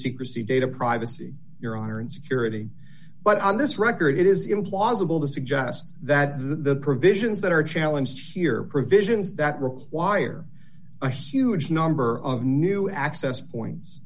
secrecy data privacy your honor and security but on this record it is implausible to suggest that the provisions that are challenges here provisions that require a huge number of new access points